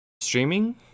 streaming